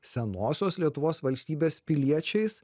senosios lietuvos valstybės piliečiais